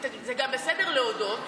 זה גם בסדר להודות שוואללה,